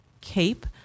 CAPE